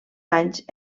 anys